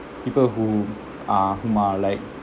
people who uh whom are like